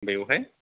बेवहाय